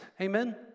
Amen